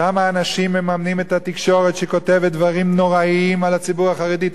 אותם האנשים מממנים את התקשורת שכותבת דברים נוראיים על הציבור החרדי.